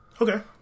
Okay